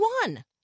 one